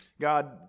God